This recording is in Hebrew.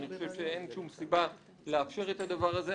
אני חושב שאין שום סיבה לאפשר את הדבר הזה.